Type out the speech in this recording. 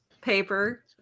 Paper